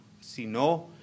sino